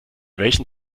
welchen